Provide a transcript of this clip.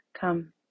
come